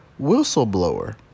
whistleblower